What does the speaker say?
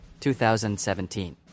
2017